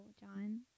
John